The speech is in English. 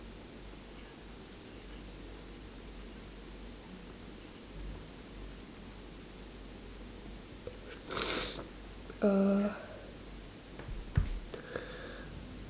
uh